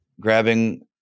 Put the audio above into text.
grabbing